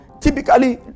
typically